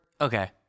okay